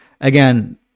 again